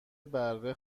بره